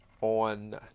on